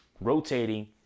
rotating